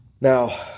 Now